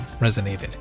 resonated